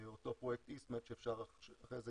אותו פרויקט "איסט מד", שאפשר אחרי זה